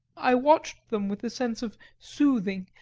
i watched them with a sense of soothing,